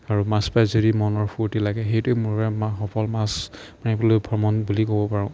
আৰু মাছ পায় যদি মনৰ ফূৰ্তি লাগে সেইটোৱে মোৰ বাবে সফল মাছ মাৰিবলৈ ভ্ৰমণ বুলি ক'ব পাৰোঁ